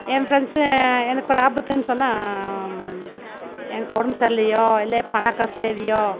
என் friends எனக்கு ஒரு ஆபத்துன்னு சொன்னால் எனக்கு உடம்பு சரியில்லையோ இல்லை பண தேவையோ